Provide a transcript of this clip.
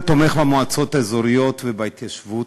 תומך במועצות האזוריות ובהתיישבות.